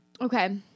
Okay